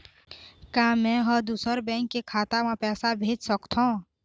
का मैं ह दूसर बैंक के खाता म पैसा भेज सकथों?